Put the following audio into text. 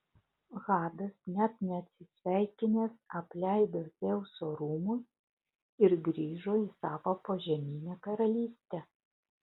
hadas net neatsisveikinęs apleido dzeuso rūmus ir grįžo į savo požeminę karalystę